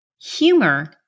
humor